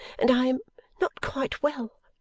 and i am not quite well,